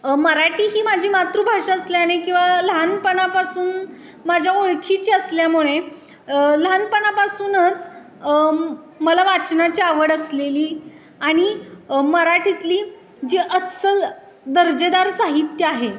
मराठी ही माझी मातृभाषा असल्याने किंवा लहानपणापासून माझ्या ओळखीची असल्यामुळे लहानपणापासूनच मला वाचनाची आवड असलेली आणि मराठीतली जी अस्सल दर्जेदार साहित्य आहे